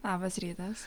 labas rytas